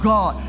God